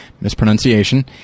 mispronunciation